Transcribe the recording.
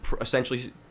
essentially